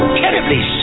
terribly